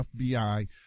FBI